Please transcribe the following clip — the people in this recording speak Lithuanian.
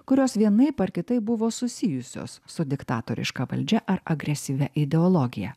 kurios vienaip ar kitaip buvo susijusios su diktatoriška valdžia ar agresyvia ideologija